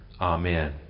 Amen